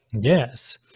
Yes